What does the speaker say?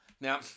Now